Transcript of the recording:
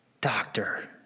Doctor